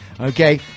Okay